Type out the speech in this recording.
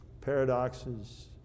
paradoxes